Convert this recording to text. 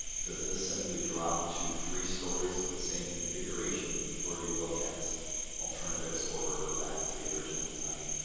does this simply drop to three stories with the same configuration or do you look at alternatives or revert back to the original design?